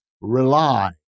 rely